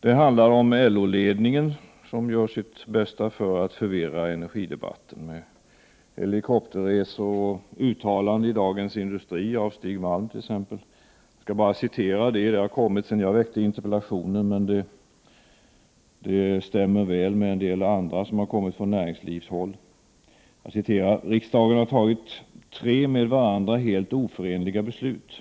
Det handlar om LO-ledningen, som gör sitt bästa för att förvirra energidebatten med helikopterresor och uttalanden i Dagens Industri, t.ex. av Stig Malm. Jag skall citera ett uttalande, som i och för sig kommit sedan jag väckt interpellationen men som stämmer väl med en del andra uttalanden från näringslivshåll: ”Riksdagen har tagit tre med varandra helt oförenliga beslut.